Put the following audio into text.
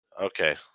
Okay